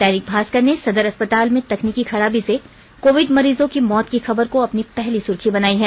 दैनिक भास्कर ने सदर अस्पताल में तकनीकी खराबी से कोविड मरीजों की मौत की खबर को अपने पहली सुर्खी बनाई है